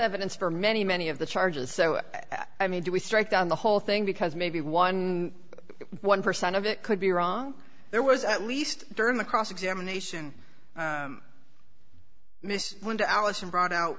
evidence for many many of the charges so i mean do we strike down the whole thing because maybe one one percent of it could be wrong there was at least during the cross examination miss linda allison brought out